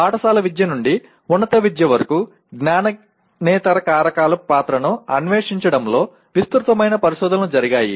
పాఠశాల విద్య నుండి ఉన్నత విద్య వరకు జ్ఞానేతర కారకాల పాత్రను అన్వేషించడంలో విస్తృతమైన పరిశోధనలు జరిగాయి